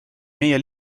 meie